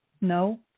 no